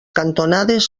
cantonades